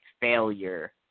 failure